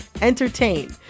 entertain